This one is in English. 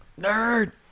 Nerd